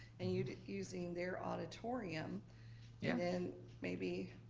and you know using their auditorium and then maybe,